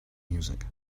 music